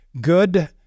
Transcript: good